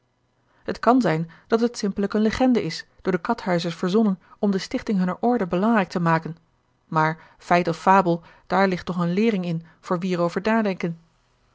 het kan zijn dat het simpelijk eene legende is door de karthuizers verzonnen om de stichting hunner orde belangrijk te maken maar feit of fabel daar ligt toch eene leering in voor wie er over nadenken